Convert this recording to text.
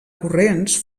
corrents